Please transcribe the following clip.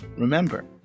Remember